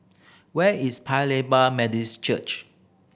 where is Paya Lebar Church